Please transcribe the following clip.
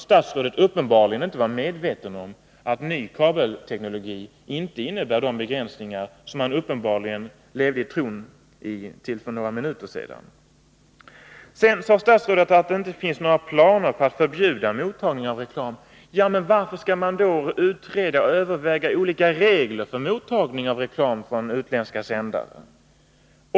Statsrådet var uppenbarligen inte medveten om att ny kabelteknik inte innebär de begränsningar som han tydligen till för några minuter sedan trodde var för handen. Sedan sade statsrådet att det inte finns några planer på att förbjuda mottagning av reklam. Ja, men varför skall man då utreda och överväga olika regler för mottagning av reklam från utländska sändare?